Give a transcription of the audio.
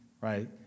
Right